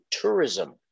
tourism